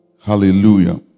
Hallelujah